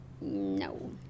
no